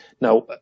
Now